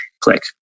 Click